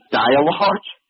dialogue